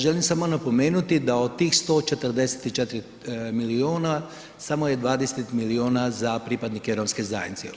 Želim samo napomenuti da od tih 144 miliona samo je 20 miliona za pripadnike Romske zajednice.